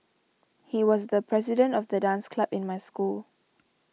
he was the president of the dance club in my school